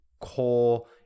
core